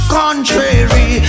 contrary